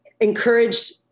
encouraged